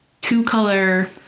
two-color